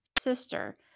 sister